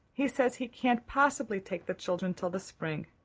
he says he can't possibly take the children till the spring.